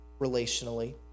relationally